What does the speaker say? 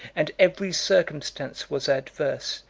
and every circumstance was adverse,